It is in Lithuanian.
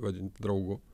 vadint draugu